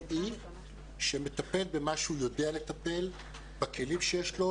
אי שמטפל במה שהוא יודע לטפל בכלים שיש לו,